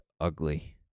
ugly